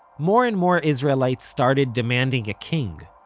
more and more israelites started demanding a king.